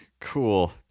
Cool